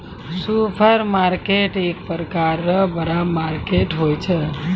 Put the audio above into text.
supermarket एक प्रकार रो बड़ा मार्केट होय छै